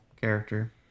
character